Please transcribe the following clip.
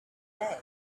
day